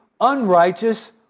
unrighteous